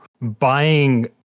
buying